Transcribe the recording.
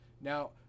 now